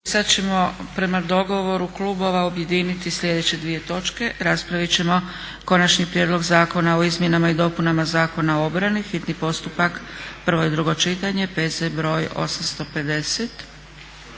Sada ćemo prema dogovoru klubova objediniti sljedeće dvije točke, raspravit ćemo: - Konačni prijedlog Zakona o izmjenama i dopunama Zakona o obrani, hitni postupak, prvo i drugo čitanje, P.Z. br. 850,